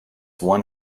one